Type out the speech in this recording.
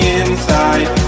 inside